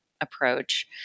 approach